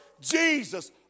Jesus